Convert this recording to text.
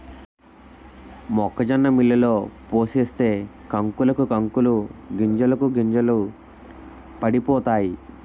మొక్కజొన్న మిల్లులో పోసేస్తే కంకులకు కంకులు గింజలకు గింజలు పడిపోతాయి